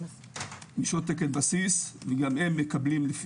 שעות תקן בסיס וגם הם מקבלים,